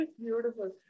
Beautiful